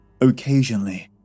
Occasionally